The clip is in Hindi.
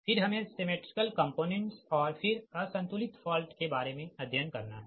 फिर हमें सिमेट्रिकल कम्पोनेंट्स और फिर असंतुलित फॉल्ट के बारे में अध्ययन करना है